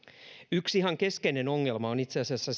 yksi ihan keskeinen ongelma on itse asiassa